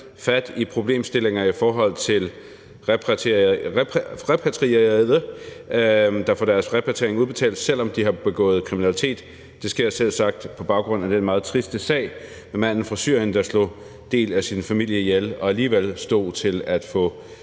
fat i problemstillinger i forhold til repatrierede, der får deres repatriering udbetalt, selv om de har begået kriminalitet. Det sker selvsagt på baggrund af den meget triste sag med manden fra Syrien, der slog en del af sin familie ihjel og alligevel stod til at få